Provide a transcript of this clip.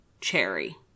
cherry